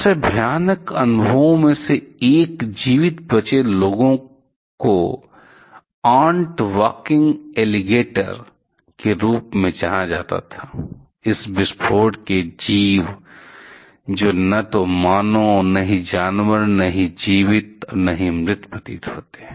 सबसे भयानक अनुभवों में से एक जीवित बचे लोगों को आंट वाकिंग एलिगेटर के रूप में जाना जाता था इस विस्फोट के जीव जो न तो मानव और न ही जानवर और न ही जीवित और न ही मृत प्रतीत होते हैं